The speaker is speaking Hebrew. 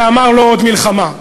ואמר: "לא עוד מלחמה".